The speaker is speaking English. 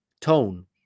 tone